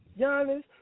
Giannis